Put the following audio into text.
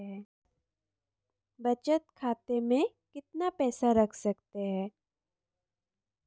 बचत खाते में कितना पैसा रख सकते हैं?